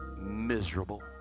miserable